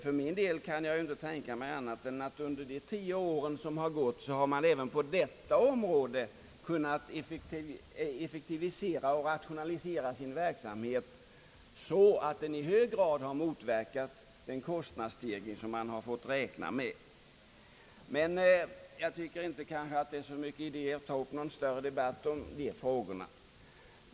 För min del kan jag inte tänka mig annat än att man under de tio år som gått även på detta område har kunnat effektivisera och rationalisera verksamheten så att den i hög grad har motverkat den kostnadsstegring som man har fått räkna med. Jag tycker emellertid inte att det är någon idé att ta upp en större debatt om dessa frågor.